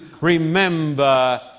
remember